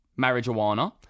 marijuana